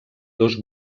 dos